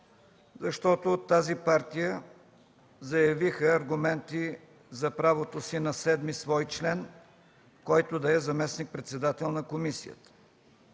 защото от тази партия заявиха аргументи за правото си на седми свой член, който да е заместник-председател на комисията.